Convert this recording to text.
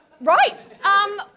Right